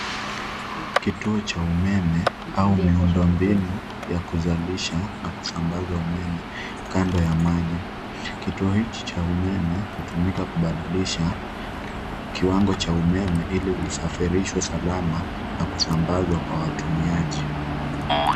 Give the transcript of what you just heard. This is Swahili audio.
Kituo cha umeme au miundombinu ya kuzalisha na kusambaza umeme kando ya maji. Kituo hiki cha umeme hutumika kubadilisha kiwango cha umeme ili usafirishwe salama na kusambazwa kwa watumiaji.